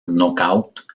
nocaut